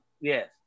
Yes